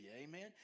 Amen